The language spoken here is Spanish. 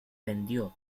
vendió